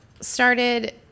started